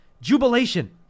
Jubilation